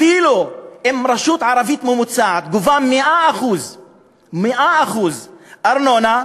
אפילו אם רשות ערבית ממוצעת גובה 100% 100% ארנונה,